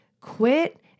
Quit